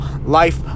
life